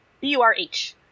B-U-R-H